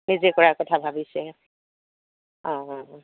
নিজে কৰা কথা ভাবিছে অঁ অঁ অঁ